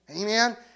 amen